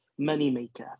moneymaker